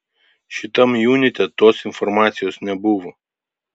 šitam junite tos informacijos nebuvo